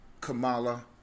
Kamala